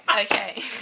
Okay